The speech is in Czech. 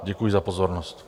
Děkuji za pozornost.